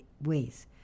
ways